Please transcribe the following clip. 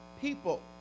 people